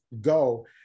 go